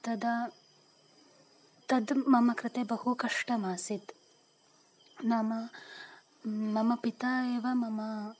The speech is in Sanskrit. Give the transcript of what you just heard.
तदा तद् मम कृते बहु कष्टमासीत् नाम मम पिता एव मम